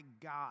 God